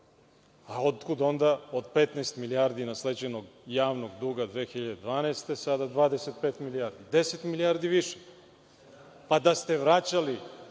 a otkud onda od 15 milijardi nasleđenog javnog duga 2012. godine sada 25 milijardi? Deset milijardi više. Da ste vraćali